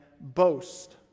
boast